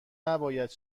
نباید